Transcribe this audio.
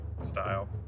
style